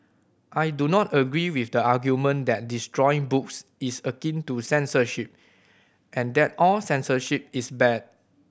I do not agree with the argument that destroying books is akin to censorship and that all censorship is bad